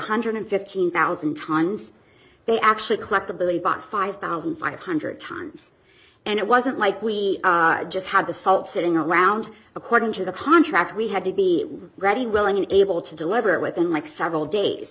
hundred and eleven five thousand times they actually collectability bought five thousand five hundred times and it wasn't like we just had the salt sitting around according to the contract we had to be ready willing and able to deliver it within like several days